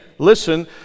Listen